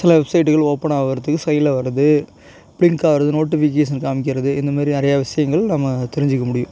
சில வெப்சைட்டுகள் ஓப்பன் ஆவுறதுக்கு சைட்டில வருது பின்கார்டு நோட்டிஃபிகேஷன் காமிக்கிறது இந்தமாதிரி நிறையா விஷயங்கள் நம்ம தெரிஞ்சுக்க முடியும்